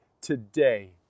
today